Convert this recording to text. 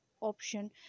option